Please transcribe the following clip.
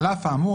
על אף האמור,